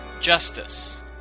justice